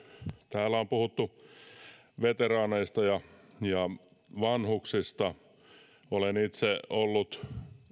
täällä on puhuttu veteraaneista ja vanhuksista olen itse ollut